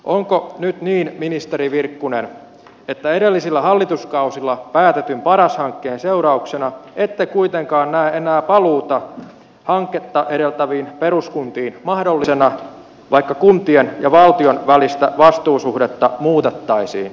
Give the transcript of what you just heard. onko nyt niin ministeri virkkunen että edellisillä hallituskausilla päätetyn paras hankkeen seurauksena ette kuitenkaan näe enää paluuta hanketta edeltäviin peruskuntiin mahdollisena vaikka kuntien ja valtion välistä vastuusuhdetta muutettaisiin